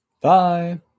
Bye